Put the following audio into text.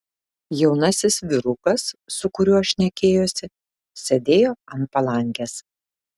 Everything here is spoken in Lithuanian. jaunasis vyrukas su kuriuo šnekėjosi sėdėjo ant palangės